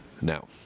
now